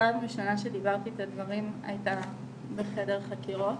פעם ראשונה שדיברתי את הדברים, היה בחדר חקירות